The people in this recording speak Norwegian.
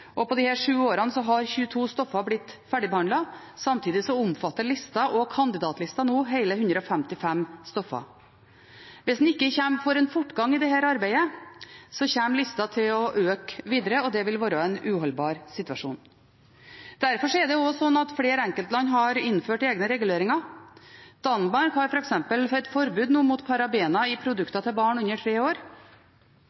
og på disse sju årene har 22 stoffer blitt ferdigbehandlet. Samtidig omfatter lista og kandidatlista nå hele 155 stoffer. Hvis en ikke får en fortgang i dette arbeidet, kommer lista til å øke videre, og det vil være en uholdbar situasjon. Derfor er det også slik at flere enkeltland har innført egne reguleringer. Danmark har f.eks. nå et forbud mot parabener i produkter til barn under tre år.